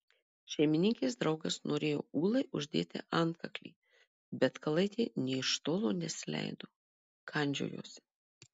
šeimininkės draugas norėjo ūlai uždėti antkaklį bet kalaitė nė iš tolo nesileido kandžiojosi